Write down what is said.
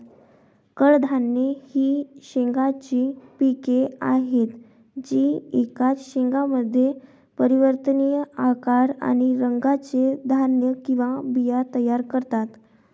कडधान्ये ही शेंगांची पिके आहेत जी एकाच शेंगामध्ये परिवर्तनीय आकार आणि रंगाचे धान्य किंवा बिया तयार करतात